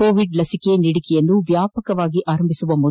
Covid ಲಸಿಕೆ ನೀಡಿಕೆಯನ್ನು ವ್ಯಾಪಕವಾಗಿ ಆರಂಭಿಸುವ ಮುನ್ನ